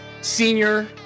senior